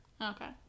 Okay